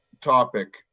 topic